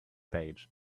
page